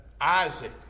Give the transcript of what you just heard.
Isaac